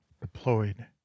deployed